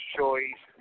choice